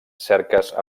cerques